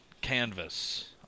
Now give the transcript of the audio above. canvas